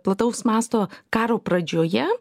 plataus masto karo pradžioje